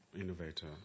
innovator